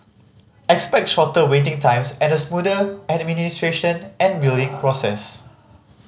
expect shorter waiting times and a smoother administration and billing process